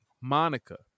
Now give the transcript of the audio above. Monica